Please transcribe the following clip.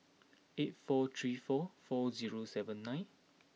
eight four three four four zero seven nine